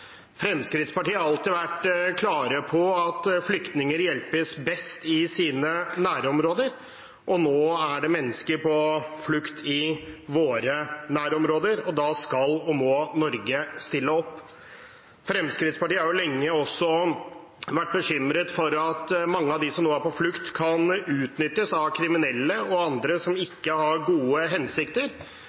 Fremskrittspartiet har alltid vært klare på at flyktninger hjelpes best i sine nærområder, og nå er det mennesker på flukt i våre nærområder, og da skal og må Norge stille opp. Fremskrittspartiet har lenge også vært bekymret for at mange av dem som nå er på flukt, kan utnyttes av kriminelle og andre som ikke har gode hensikter.